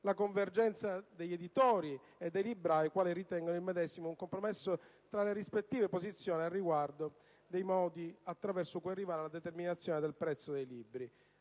la convergenza degli editori e dei librai, i quali ritengono il medesimo un compromesso tra le rispettive posizioni a riguardo dei modi attraverso cui arrivare alla determinazione del prezzo dei libri.